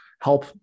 help